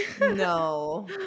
No